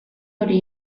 hori